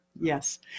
yes